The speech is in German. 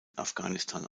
afghanistan